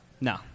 No